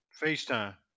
FaceTime